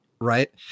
right